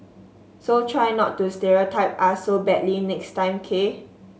so try not to stereotype us so badly next time K